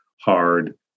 hard